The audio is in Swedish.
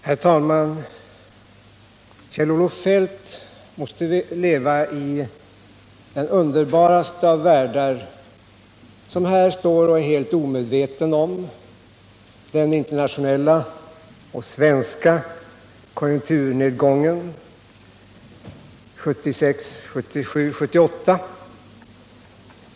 Herr talman! Kjell-Olof Feldt måste leva i den underbaraste av världar när han står här och är helt omedveten om den internationella och svenska konjunkturnedgången under 1976, 1977 och 1978.